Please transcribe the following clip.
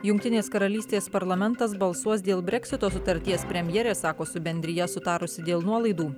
jungtinės karalystės parlamentas balsuos dėl breksito sutarties premjerė sako su bendrija sutarusi dėl nuolaidų